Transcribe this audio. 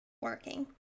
working